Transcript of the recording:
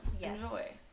Enjoy